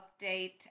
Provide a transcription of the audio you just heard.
update